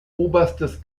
oberstes